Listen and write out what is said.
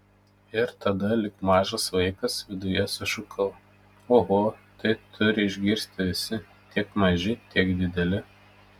ir tada lyg mažas vaikas viduje sušukau oho tai turi išgirsti visi tiek maži tiek dideli